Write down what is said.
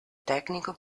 tecnico